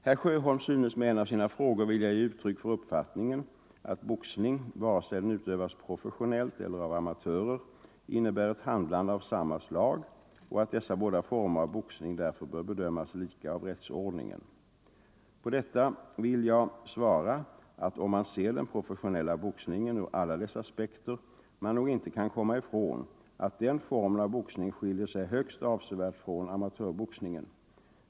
Herr Sjöholm synes med en av sina frågor vilja ge uttryck för uppfattningen att boxning, vare sig den utövas professionellt eller av amatörer, innebär ett handlande av samma slag och att dessa båda former av boxning därför bör bedömas lika av rättsordningen. På detta vill jag svara att om man ser den professionella boxningen ur alla dess aspekter man nog inte kan komma ifrån att den formen av boxning skiljer sig högst avsevärt från amatörboxningen.